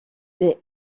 les